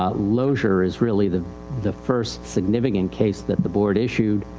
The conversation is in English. ah logure is really the the first significant case that the board issued.